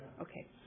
Okay